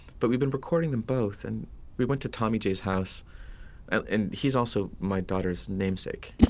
but we've been recording them both, and we went to tommy j's house and he's also my daughter's namesake,